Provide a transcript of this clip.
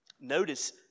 Notice